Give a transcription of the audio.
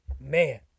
Man